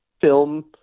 film